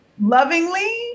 lovingly